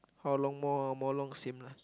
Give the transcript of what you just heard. how long more more long seem lah